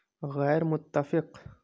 غیر متفق